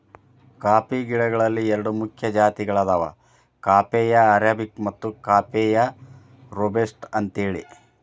coffee ಗಿಡಗಳಲ್ಲಿ ಎರಡು ಮುಖ್ಯ ಜಾತಿಗಳದಾವ ಕಾಫೇಯ ಅರಾಬಿಕ ಮತ್ತು ಕಾಫೇಯ ರೋಬಸ್ಟ ಅಂತೇಳಿ